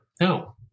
No